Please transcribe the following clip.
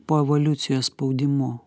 po evoliucijos spaudimu